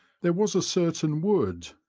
there was a certain wood,